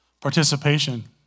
Participation